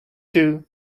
two